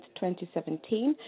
2017